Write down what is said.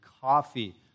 coffee